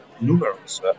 numerous